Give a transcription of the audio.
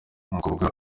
umukobwa